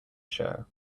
show